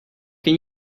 can